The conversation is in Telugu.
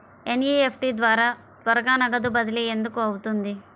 ఎన్.ఈ.ఎఫ్.టీ ద్వారా త్వరగా నగదు బదిలీ ఎందుకు అవుతుంది?